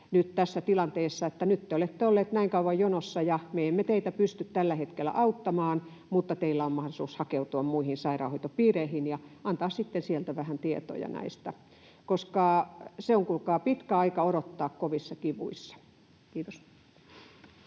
te olette ollut näin kauan jonossa ja me emme teitä pysty tällä hetkellä auttamaan, mutta teillä on mahdollisuus hakeutua muihin sairaanhoitopiireihin, ja antaa vähän tietoja näistä, koska se on, kuulkaa, pitkä aika odottaa kovissa kivuissa. — Kiitos.